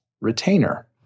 retainer